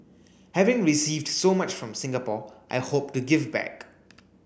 having received so much from Singapore I hope to give back